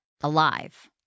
alive